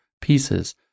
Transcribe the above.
pieces